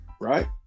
Right